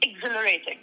Exhilarating